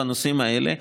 בנושאים האלה.